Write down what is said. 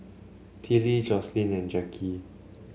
Tillie Joslyn and Jackie